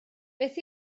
beth